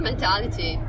Mentality